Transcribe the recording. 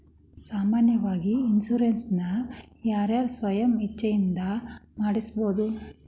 ಸಾಮಾನ್ಯಾವಾಗಿ ಇನ್ಸುರೆನ್ಸ್ ನ ಯಾರ್ ಯಾರ್ ಸ್ವ ಇಛ್ಛೆಇಂದಾ ಮಾಡ್ಸಬೊದು?